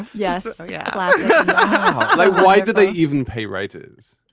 yes. yeah but but why do they even pay writers.